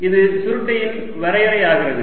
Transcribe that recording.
எனவே இது சுருட்டையின் வரையறையாகிறது